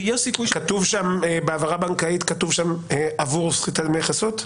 ויש סיכוי --- בהעברה בנקאית כתוב עבור סחיטת דמי חסות?